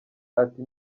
ati